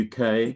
UK